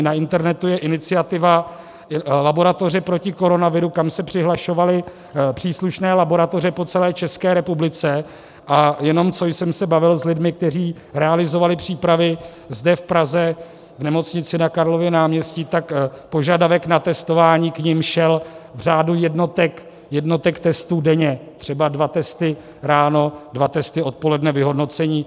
Na internetu je iniciativa Laboratoře proti koronaviru, kam se přihlašovaly příslušné laboratoře po celé České republice, a jenom co jsem se bavil s lidmi, kteří realizovali přípravy zde v Praze v nemocnici na Karlově náměstí, tak požadavek na testování k nim šel v řádu jednotek testů denně, třeba dva testy ráno, dva testy odpoledne, vyhodnocení.